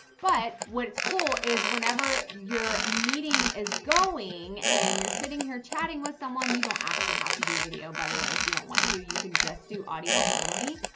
but what's cool is whenever your meeting is going and you're sitting here chatting with someone, you don't actually have to do video. by the way, if you don't want to, you can just do audio only,